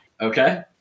Okay